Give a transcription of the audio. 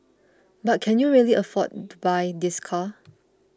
but can you really afford to buy this car